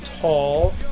tall